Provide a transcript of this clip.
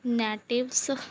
natives